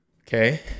okay